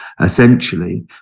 essentially